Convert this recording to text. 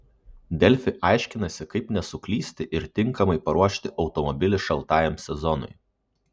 delfi aiškinasi kaip nesuklysti ir tinkamai paruošti automobilį šaltajam sezonui